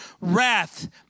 wrath